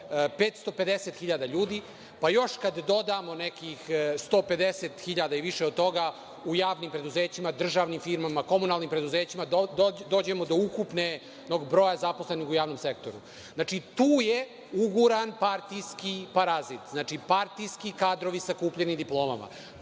hiljada ljudi, pa još kad dodamo nekih 150 hiljada i više od toga u javnim preduzećima, državnim firmama, komunalnim preduzećima, dođemo do ukupnog broja zaposlenih u javnom sektoru. Znači, tu je uguran partijski parazit, partijski kadrovi sa kupljenim diplomama.